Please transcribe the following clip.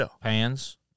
pans